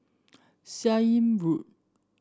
Seah Im Road